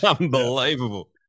Unbelievable